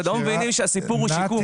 אתם לא מבינים שהסיפור הוא שיקום.